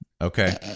Okay